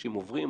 אנשים עוברים,